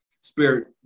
spirit